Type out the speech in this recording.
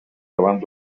abans